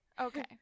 okay